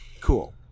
cool